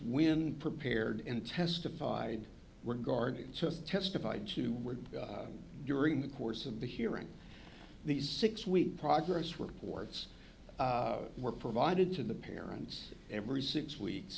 when prepared and testified were guardians testified to were during the course of the hearing these six week progress reports were provided to the parents every six weeks